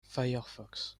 firefox